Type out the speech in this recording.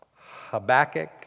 Habakkuk